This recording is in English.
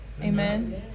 Amen